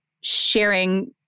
sharing